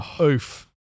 Oof